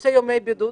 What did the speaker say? נושא ימי בידוד.